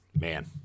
Man